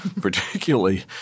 particularly